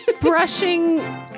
brushing